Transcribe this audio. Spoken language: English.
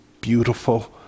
beautiful